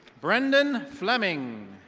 brendon fleming.